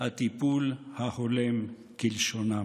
'הטיפול ההולם'", כלשונם.